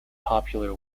popular